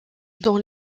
dans